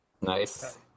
Nice